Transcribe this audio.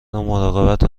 مراقبت